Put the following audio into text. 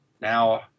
Now